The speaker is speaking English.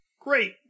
great